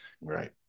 Right